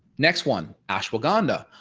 next one, ashwagandha.